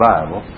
Bible